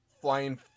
flying